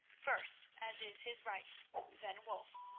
first, as is his right then wulf.